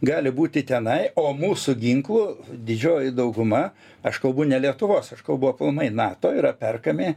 gali būti tenai o mūsų ginklų didžioji dauguma aš kalbu ne lietuvos aš kalbu aplamai nato yra perkami